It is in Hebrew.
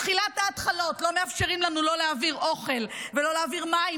מתחילת ההתחלות לא מאפשרים לנו לא להעביר אוכל ולא להעביר מים,